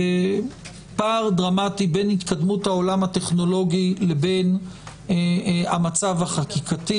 פער דרמטי בין התקדמות העולם הטכנולוגי לבין המצב החקיקתי.